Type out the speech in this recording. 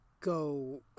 go